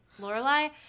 Lorelai